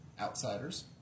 outsiders